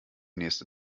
nächste